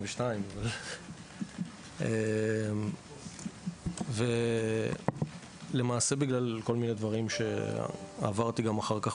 22. למעשה בגלל כל מיני דברים שעברתי גם אחר כך